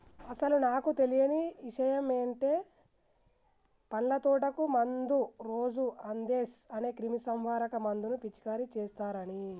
అసలు నాకు తెలియని ఇషయమంటే పండ్ల తోటకు మందు రోజు అందేస్ అనే క్రిమీసంహారక మందును పిచికారీ చేస్తారని